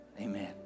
amen